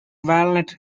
walnut